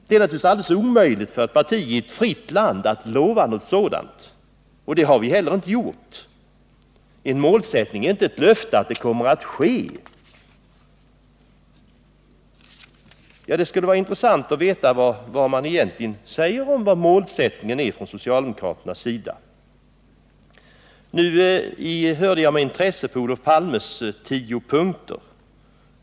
Det är naturligtvis alldeles omöjligt för ett parti i ett fritt land att lova någonting sådant, och det har vi heller inte gjort. En målsättning är inte ett löfte att det kommer att ske. Det skulle vara intressant att veta vad socialdemokraterna egentligen säger om vad målsättningen är. Nu hörde jag med intresse på Olof Palmes 10 punkter.